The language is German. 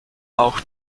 auch